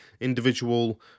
individual